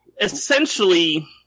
essentially